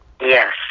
Yes